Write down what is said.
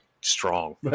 Strong